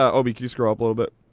obi, could you scroll up a little but